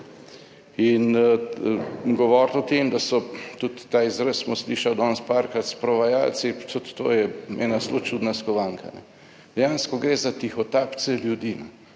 in govoriti o tem, da so, tudi ta izraz smo slišali danes parkrat, sprovajalci, tudi to je ena zelo čudna skovanka, dejansko gre za tihotapce ljudi.